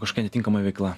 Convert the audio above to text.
kažkokia netinkama veikla